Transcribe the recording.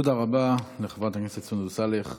תודה רבה לחברת הכנסת סונדוס סאלח.